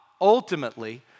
ultimately